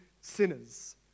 sinners